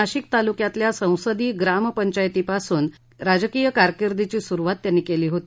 नाशिक तालुक्यातल्या संसदी ग्राम पंचायतीपासून राजकीय कारकीर्दीची सुरुवात त्यांनी केली होती